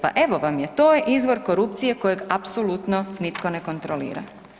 Pa evo vam je, to je izvor korupcije kojeg apsolutno nitko ne kontrolira.